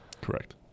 correct